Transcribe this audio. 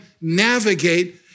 navigate